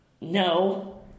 no